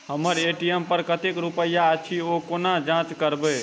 हम्मर ए.टी.एम पर कतेक रुपया अछि, ओ कोना जाँच करबै?